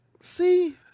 See